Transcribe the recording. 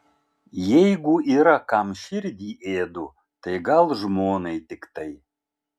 jeigu yra kam širdį ėdu tai gal žmonai tiktai